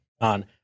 on